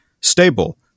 stable